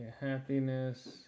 happiness